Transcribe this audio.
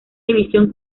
división